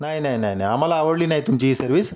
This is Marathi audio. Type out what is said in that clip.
नाही नाही नाही नाही आम्हाला आवडली नाही तुमची ही सर्व्हिस